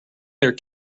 their